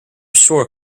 sure